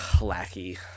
lackey